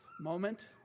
moment